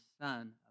son